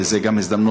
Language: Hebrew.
וזו גם הזדמנות